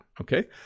okay